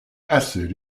acid